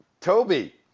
Toby